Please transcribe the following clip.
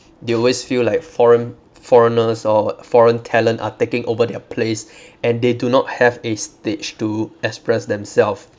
they always feel like foreign foreigners or foreign talent are taking over their place and they do not have a stage to express themself